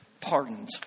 pardoned